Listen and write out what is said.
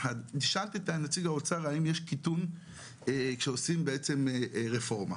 נשאל נציג האוצר האם יש קיטון כשעושים בעצם רפורמה?